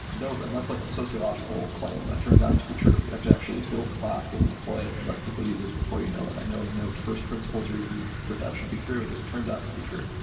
and that's like a sociological client. that turns out to be true. you have to actually build slack and deploy it and let people use it before you know it. i know of no first principles reason that that should be true. it just turns out to be true.